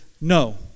no